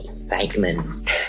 excitement